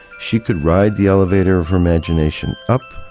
she could ride the elevator of her imagination up,